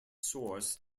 source